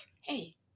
Hey